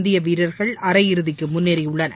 இந்தியவீரர்கள் அரையிறுதிக்குமுன்னேறியுள்ளனர்